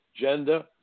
gender